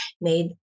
made